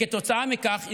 כתוצאה מכך,